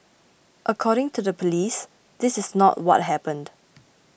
according to the police this is not what happened